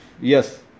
Yes